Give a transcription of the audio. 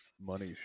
money